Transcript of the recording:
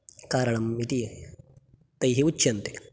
कारणम् इति तैः उच्यन्ते